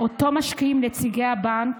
שאותו משקיעים נציגי הבנק